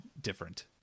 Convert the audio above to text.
different